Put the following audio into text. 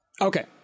Okay